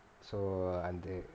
so அது:athu